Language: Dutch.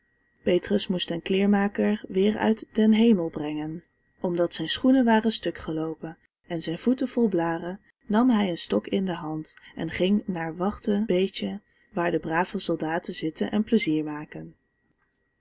petrus moest den kleermaker weer uit den hemel brengen en omdat zijn schoenen waren stuk geloopen en zijn voeten vol blaâren nam hij een stok in de hand en ging naar wachteenbeetje waar de brave soldaten zitten en pleizier maken